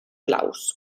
blaus